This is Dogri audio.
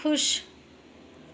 खुश